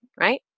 right